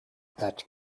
that